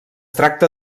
tracta